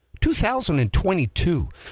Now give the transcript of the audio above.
2022